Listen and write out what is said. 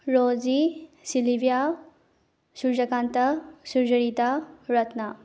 Rosie ꯁꯤꯂꯤꯕꯤꯌꯥ ꯁꯨꯔꯖꯀꯥꯟꯇ ꯁꯨꯔꯖꯔꯤꯇ ꯔꯠꯅꯥ